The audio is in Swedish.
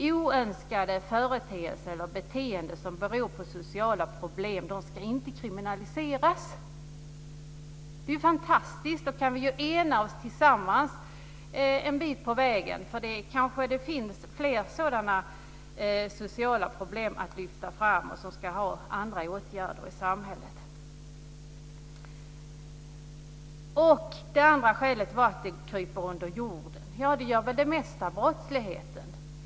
Oönskade företeelser eller beteenden som beror på sociala problem ska inte kriminaliseras. Det är ju fantastiskt! Då kan vi tillsammans gå en bit på vägen, för det finns kanske flera sådana här sociala problem att lyfta fram som kräver andra åtgärder i samhället. Det andra skälet var att detta kryper under jorden. Det gör väl det mesta av brottsligheten.